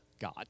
God